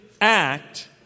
act